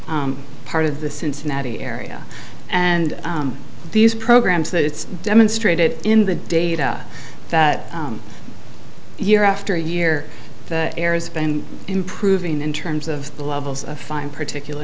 s part of the cincinnati area and these programs that it's demonstrated in the data that year after year air has been improving in terms of the levels of fine particula